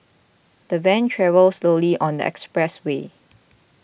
the van travelled slowly on the expressway